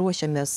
ruošiamės